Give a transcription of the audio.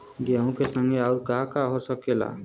गेहूँ के संगे आऊर का का हो सकेला?